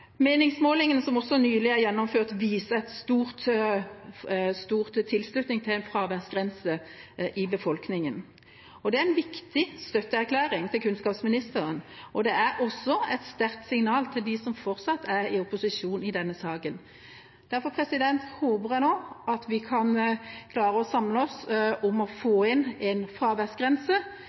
Meningsmålingene som også nylig er gjennomført, viser stor tilslutning i befolkningen til en fraværsgrense. Det er en viktig støtteerklæring til kunnskapsministeren, og det er også et sterkt signal til dem som fortsatt er i opposisjon i denne saken. Derfor håper jeg nå at vi kan klare å samle oss om å få inn en fraværsgrense